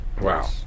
Wow